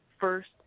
first